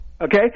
Okay